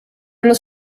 los